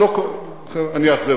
אני אאכזב אתכם.